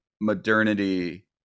modernity